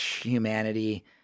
humanity